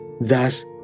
Thus